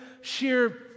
sheer